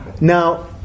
Now